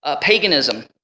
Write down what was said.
paganism